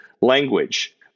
language